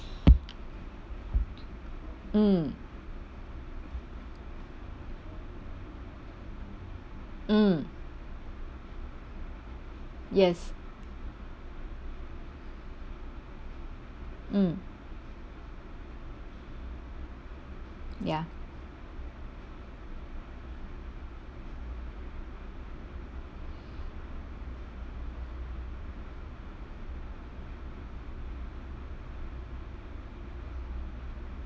mm mm yes mm ya